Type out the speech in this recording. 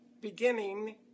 beginning